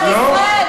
פלסטינית.